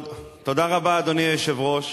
תודה רבה, אדוני היושב-ראש.